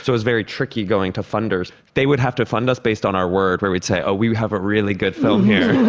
so it's very tricky going to funders. they would have to fund us based on our word, where we'd say, oh we have a really good film here,